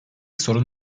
sorun